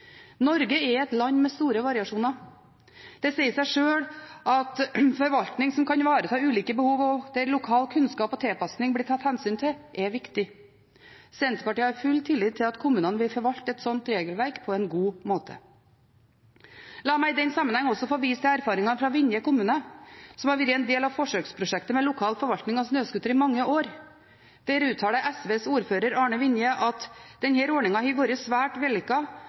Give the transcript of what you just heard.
Norge er et land med store variasjoner. Det sier seg sjøl at forvaltning som kan ivareta ulike behov, og der lokal kunnskap og tilpasning blir tatt hensyn til, er viktig. Senterpartiet har full tillit til at kommunene vil forvalte et slikt regelverk på en god måte. La meg i den sammenheng også få vise til erfaringene fra Vinje kommune, som har vært en del av forsøksprosjektet med lokal forvaltning av snøscooter i mange år. SV-ordfører Arne Vinje uttaler: «Denne ordninga har vori svært vellykka,